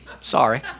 Sorry